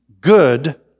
good